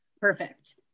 perfect